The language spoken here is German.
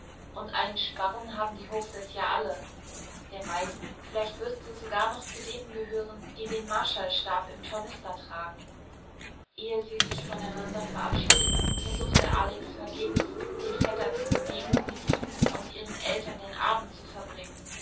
und einen sparren haben die hochseß ja alle wer weiß vielleicht wirst du sogar noch zu denen gehören die den marschallstab im tornister tragen ehe sie sich voneinander verabschiedeten versuchte alex vergebens den vetter zu bewegen mit ihnen und ihren eltern den abend zu verbringen